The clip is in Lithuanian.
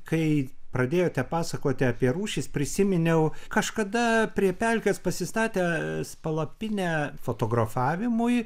kai pradėjote pasakoti apie rūšis prisiminiau kažkada prie pelkės pasistatę palapinę fotografavimui